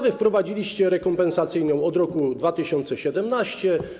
Wprowadziliście ustawę rekompensacyjną - od roku 2017.